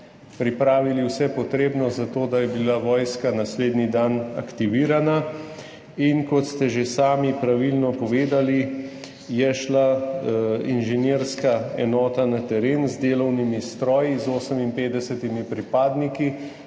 pripravili vse potrebno za to, da je bila vojska naslednji dan aktivirana. In kot ste že sami pravilno povedali, je šla inženirska enota na teren z delovnimi stroji, z 58 pripadniki,